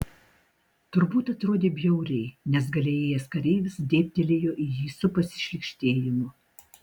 turbūt atrodė bjauriai nes gale ėjęs kareivis dėbtelėjo į jį su pasišlykštėjimu